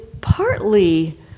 partly